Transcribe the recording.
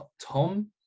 Tom